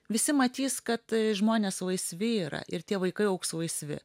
visi matys kad žmonės laisvi yra ir tie vaikai augs laisvi